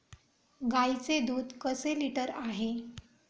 गाईचे दूध कसे लिटर आहे?